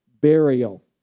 burial